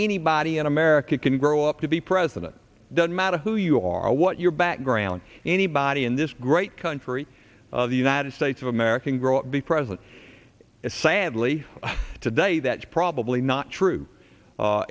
anybody in america can grow up to be president doesn't matter who you are or what your background anybody in this great country of the united states of america grow the president is sadly today that's probably not true